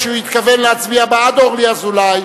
שלו אנחנו